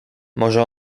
może